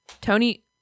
Tony